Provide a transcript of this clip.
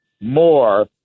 more